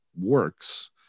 works